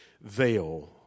veil